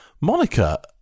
Monica